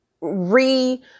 re